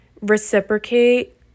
reciprocate